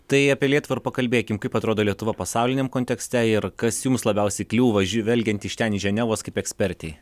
tai apie lietuvą ir pakalbėkim kaip atrodo lietuva pasauliniam kontekste ir kas jums labiausiai kliūva žvelgiant iš ten iš ženevos kaip ekspertei